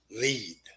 lead